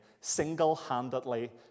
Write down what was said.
single-handedly